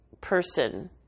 person